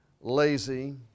lazy